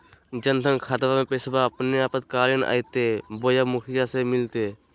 जन धन खाताबा में पैसबा अपने आपातकालीन आयते बोया मुखिया से मिलते?